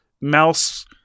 Mouse